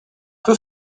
peu